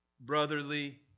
brotherly